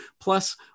plus